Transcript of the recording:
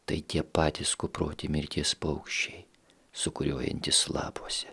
tai tie patys kuproti mirties paukščiai sūkuriuojantys lapuose